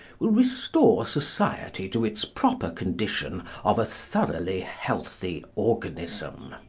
will restore society to its proper condition of a thoroughly healthy organism,